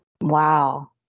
Wow